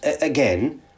again